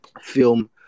film